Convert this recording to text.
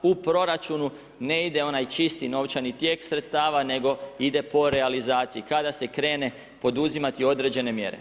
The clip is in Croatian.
U proračunu ne ide onaj čisti novčani tijek sredstava, nego ide po realizaciji kada se krene poduzimati određene mjere.